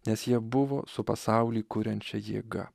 nes jie buvo su pasaulį kuriančia jėga